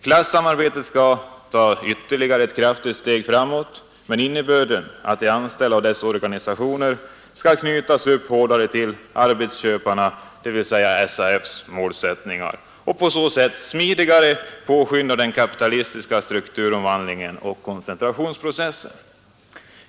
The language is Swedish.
Klassamarbetet skall ta ytterligare ett stort steg framåt. Innebörden är att de anställda och deras organisationer skall knytas upp hårdare till arbetsköparnas — dvs. SAF:s — målsättning och på så sätt smidigare påskynda den kapitalistiska strukturomvandlingen och koncentrationsprocessen.